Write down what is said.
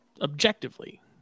objectively